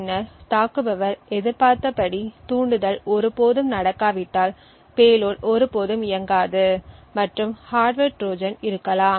பின்னர் தாக்குபவர் எதிர்பார்த்தபடி தூண்டுதல் ஒருபோதும் நடக்காவிட்டால் பேலோட் ஒருபோதும் இயங்காது மற்றும் ஹார்ட்வர் ட்ரோஜன் இருக்கலாம்